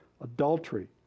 adultery